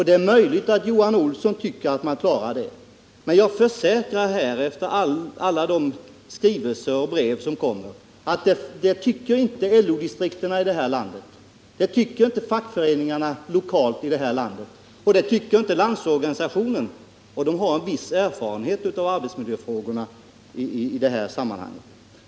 Det är möjligt att Johan Olsson tycker att den klarar det, men efter alla de skrivelser och brev som kommer från fackligt håll om detta kan jag försäkra att det tycker inte LO-distrikten, det tycker inte fackföreningarna lokalt och det tycker inte Landsorganisationen, och dessa organisationer har en viss erfarenhet av arbetsmiljöfrågorna.